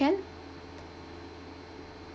can